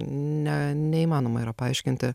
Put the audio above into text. ne neįmanoma yra paaiškinti